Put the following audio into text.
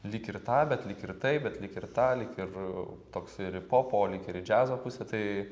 lyg ir tą bet lyg ir taip bet lyg ir tą lyg ir toks ir į po polikį ir į džiazo pusę tai